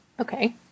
Okay